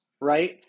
right